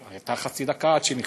הייתה חצי דקה עד שהוא נכנס.